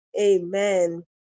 Amen